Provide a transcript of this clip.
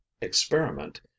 experiment